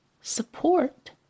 support